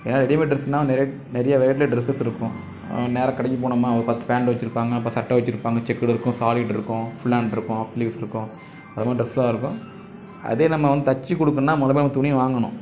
ஏன்னா ரெடிமேட் டிரெஸ்னால் நிறையா நிறையா வெரைட்டியில டிரெஸஸ் இருக்கும் நேராக கடைக்கு போனோமா ஒரு பத்து பேண்ட் வச்சிருப்பாங்க அப்புறம் சட்டை வச்சிருப்பாங்க செக்குடு இருக்கும் சாலிட்ருக்கும் ஃபுல் ஹேண்ட்ருக்கும் ஹாஃப் ஸ்லீவ்ஸ் இருக்கும் அது மாதிரி டிரெஸ்லாம் இருக்கும் அதே நம்ம வந் தச்சு கொடுக்குண்னா முதல்ல நம்ம துணி வாங்கணும்